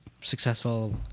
successful